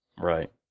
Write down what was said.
Right